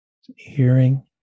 Hearing